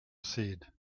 said